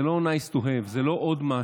זה לא nice to have, זה לא עוד משהו.